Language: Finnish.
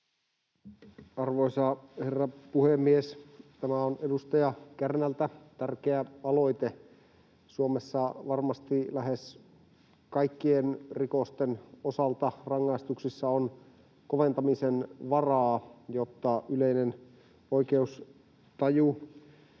Arvoisa herra puhemies! Tämä on edustaja Kärnältä tärkeä aloite. Suomessa varmasti lähes kaikkien rikosten osalta rangaistuksissa on koventamisen varaa, jotta yleinen oikeustaju